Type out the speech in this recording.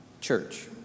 church